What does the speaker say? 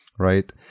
right